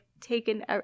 taken